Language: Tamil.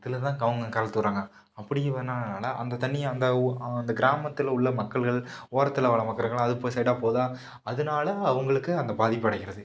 இதில் தான் அவங்க கலத்துவிடுறாங்க அப்படிங்கிறனால் அந்த தண்ணியை அந்த அந்த கிராமத்தில் உள்ள மக்கள்கள் ஓரத்தில் வாழுகிற மக்கள்கள் அது போய் சைடாக போகுதா அதனால அவங்களுக்கு அந்த பாதிப்பு அடைகிறது